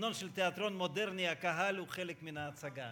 בסגנון של תיאטרון מודרני הקהל הוא חלק מן ההצגה,